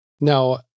Now